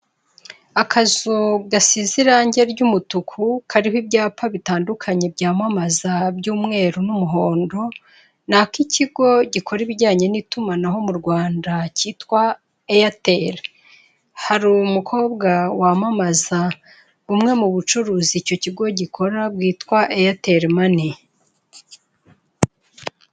Akazu gasize irange ry'umutuku, kariho ibyapa bitandukanye byamamaza, by'umweru n'umuhondo, ni ikigo gikora ibijyanye n'itumanaho mu Rwanda cyitwa Airtel, hari umukobwa wamamaza bumwe mu bucuruzi icyo kigo gikora, bwitwa Airtel mane.